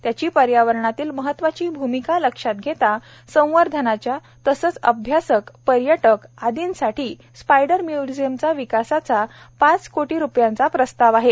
त्याची पर्यावरणातील महत्वाची भूमिका लक्षात घेता संवर्धनाच्या तसेच अभ्यासक पर्यटक आदींसाठी स्पायडर म्य्झियमच्या विकासाचा पाच कोटी रुपयांचा प्रस्ताव आहे